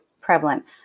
prevalent